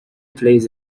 plays